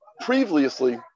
Previously